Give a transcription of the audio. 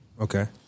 Okay